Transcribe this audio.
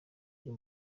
byo